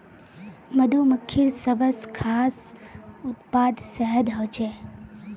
मधुमक्खिर सबस खास उत्पाद शहद ह छेक